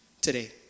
today